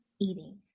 eating